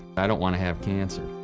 i don't want to have cancer.